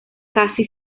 casi